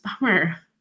Bummer